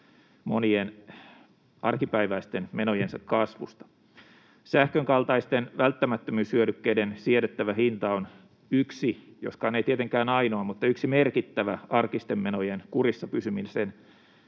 monien arkipäiväisten menojensa kasvusta. Sähkön kaltaisten välttämättömyyshyödykkeiden siedettävä hinta on yksi, joskaan ei tietenkään ainoa, merkittävä arkisten menojen kurissa pysymisen